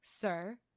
Sir